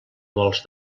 vols